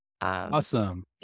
Awesome